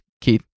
Keith